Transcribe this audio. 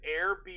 Airbnb